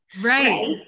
Right